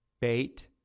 bait